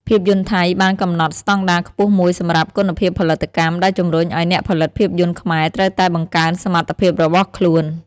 ភាពយន្តថៃបានកំណត់ស្តង់ដារខ្ពស់មួយសម្រាប់ គុណភាពផលិតកម្ម ដែលជំរុញឲ្យអ្នកផលិតភាពយន្តខ្មែរត្រូវតែបង្កើនសមត្ថភាពរបស់ខ្លួន។